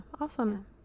awesome